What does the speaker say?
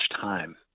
time